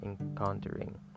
encountering